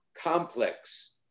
complex